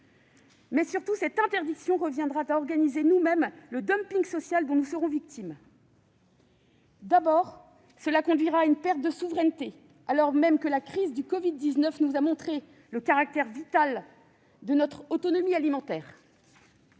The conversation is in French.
Surtout, cette interdiction reviendra à organiser nous-mêmes le dumping social dont nous serons victimes. Elle conduira à une perte de souveraineté, alors même que la crise du covid-19 nous a montré le caractère vital de notre autonomie alimentaire.